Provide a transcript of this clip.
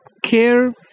care